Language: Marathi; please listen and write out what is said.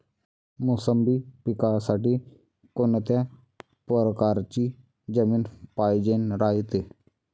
मोसंबी पिकासाठी कोनत्या परकारची जमीन पायजेन रायते?